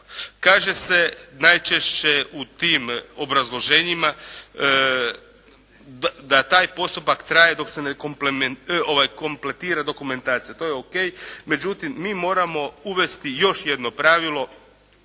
Kaže se najčešće u tim obrazloženjima da taj postupak traje dok se ne kompletira dokumentacija. To je o.k. Međutim, mi moramo uvesti još jedno pravilo